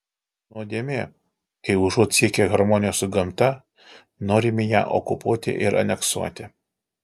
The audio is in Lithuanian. nuodėmė kai užuot siekę harmonijos su gamta norime ją okupuoti ir aneksuoti